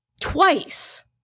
twice